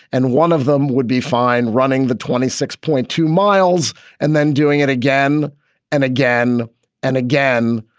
and one of them would be fine running the twenty six point two miles and then doing it again and again and again.